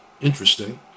interesting